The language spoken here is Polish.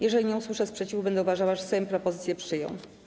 Jeżeli nie usłyszę sprzeciwu, będę uważała, że Sejm propozycję przyjął.